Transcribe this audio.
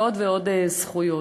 ועוד ועוד זכויות.